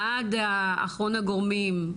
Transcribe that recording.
עד אחרון הגורמים,